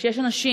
כשיש אנשים,